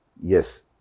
yes